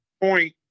Point